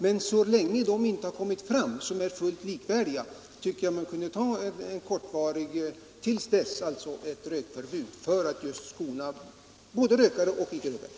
Men jag tycker att vi kunde införa ett rökförbud fram till dess att vi fått fram fullt likvärdiga ersättningsmaterial. Det skulle skona både rökare och icke rökare.